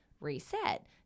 reset